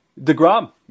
DeGrom